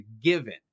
given